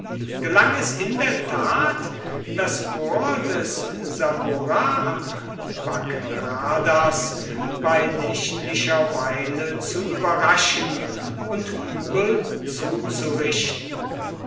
gelang es in der tat das korps des saburra am bagradas bei nächtlicher weile zu überraschen und übel zuzurichten